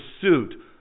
pursuit